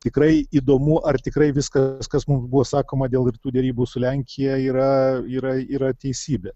tikrai įdomu ar tikrai viską kas mums buvo sakoma dėl rimtų derybų su lenkija yra yra yra teisybė